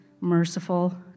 merciful